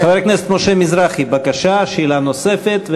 חבר הכנסת משה מזרחי, בבקשה, שאלה נוספת.